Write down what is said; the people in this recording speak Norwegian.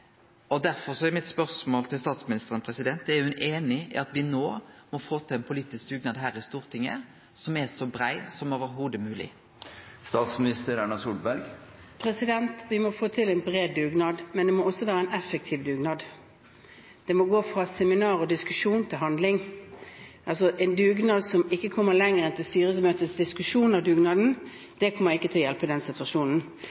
er spørsmålet mitt til statsministeren: Er ho einig i at me no må få til ein politisk dugnad her i Stortinget som er så brei som det i det heile er mogleg? Vi må få til en bred dugnad, men det må også være en effektiv dugnad. Det må gå fra seminar og diskusjon til handling. En dugnad som ikke kommer lenger enn til styremøtets diskusjon av dugnaden, kommer ikke til å hjelpe i denne situasjonen.